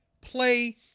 play